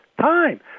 time